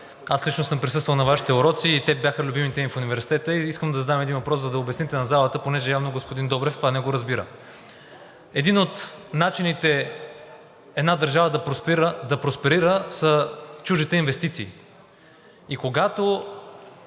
аз лично съм присъствал на Вашите уроци, те бяха любимите ми в Университета и искам да задам един въпрос, за да обясните на залата, понеже явно господин Добрев това не го разбира. Един от начините една държава да просперира са чуждите инвестиции. Чуждите